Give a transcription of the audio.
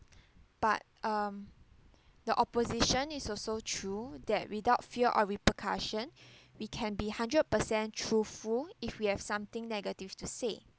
but um the opposition is also true that without fear of repercussion we can be hundred percent truthful if we have something negative to say